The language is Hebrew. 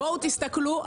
תסתכלו.